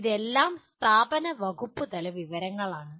ഇതെല്ലാം സ്ഥാപന വകുപ്പുതല വിവരങ്ങളാണ്